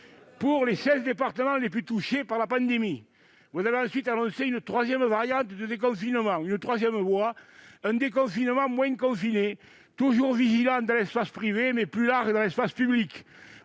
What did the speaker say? Pour les seize départements les plus touchés par la pandémie, vous avez ensuite annoncé une troisième variante de confinement, une troisième voie, à savoir un confinement « moins confiné », toujours vigilant dans l'espace privé, mais plus large dans l'espace public,